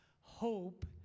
hope